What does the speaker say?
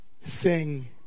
sing